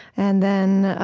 and then